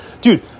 Dude